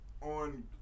on